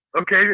Okay